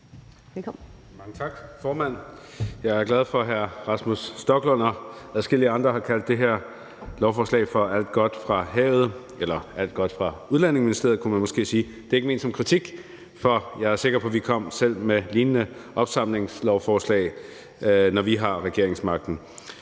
Mange tak, formand. Jeg er glad for, at hr. Rasmus Stoklund og adskillige andre har kaldt det her lovforslag for alt godt fra havet – eller alt godt fra Udlændingeministeriet, kunne man måske sige. Det er ikke ment som en kritik, for jeg er sikker på, at vi selv kommer med lignende opsamlingslovforslag, når vi har regeringsmagten.